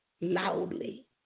loudly